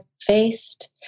faced